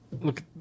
Look